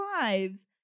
lives